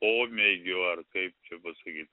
pomėgiu ar kaip čia pasakyt